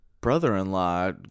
brother-in-law